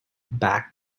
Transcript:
back